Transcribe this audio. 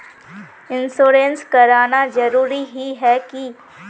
Insurance कराना जरूरी ही है की?